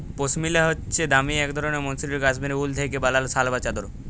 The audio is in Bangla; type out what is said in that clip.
পশমিলা হছে দামি এবং মসৃল কাশ্মীরি উল থ্যাইকে বালাল শাল বা চাদর